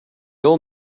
old